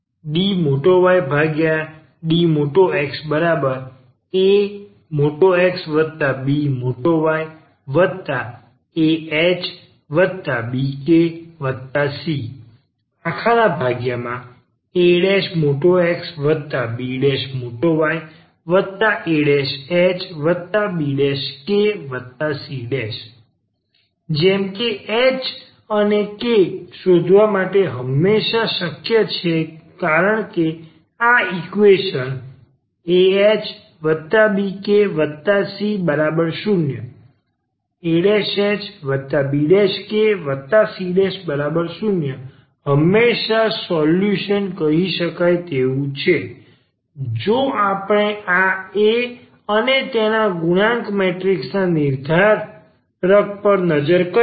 dYdXaXbYahbkcaXbYahbkc જેમ કે h અને k શોધવા માટે હંમેશા શક્ય છે કારણ કે આ ઈકવેશન ahbkc0 ahbkc0 હંમેશાં સોલ્યુશન ી શકાય તેવું છે જો આપણે આ a અને તેના ગુણાંક મેટ્રિક્સના નિર્ધારક પર નજર કરીએ